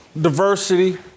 diversity